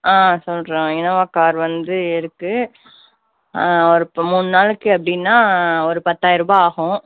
ஆ சொல்கிறேன் Innova car வந்து இருக்குது ஒரு இப்போ மூணு நாளைக்கு அப்படின்னா ஒரு பத்தாயிர ரூபாய் ஆகும்